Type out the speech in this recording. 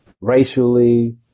racially